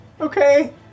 Okay